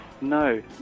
No